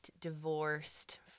divorced